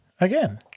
Again